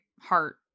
heart